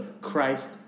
Christ